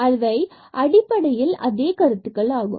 அவை அடிப்படையில் அதே கருத்துக்களாகும்